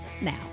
Now